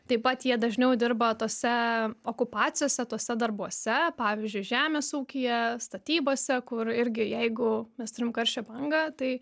taip pat jie dažniau dirba tose okupacijose tuose darbuose pavyzdžiui žemės ūkyje statybose kur irgi jeigu mes turim karščio bangą tai